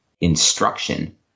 instruction